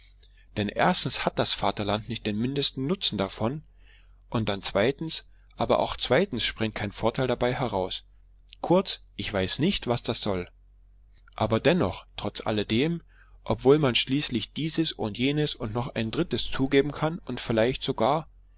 denn erstens hat das vaterland nicht den mindesten nutzen davon und dann zweitens aber auch zweitens springt kein vorteil dabei heraus kurz ich weiß nicht was das soll aber dennoch trotz alledem obwohl man schließlich dies und jenes und noch ein drittes zugeben kann und vielleicht sogar